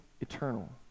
eternal